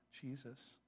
Jesus